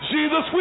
Jesus